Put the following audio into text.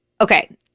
Okay